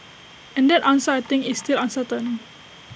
and that answer I think is still uncertain